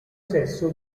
sesso